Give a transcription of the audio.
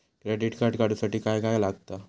Credit card काढूसाठी काय काय लागत?